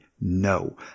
no